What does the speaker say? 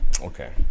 Okay